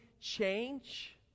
change